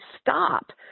stop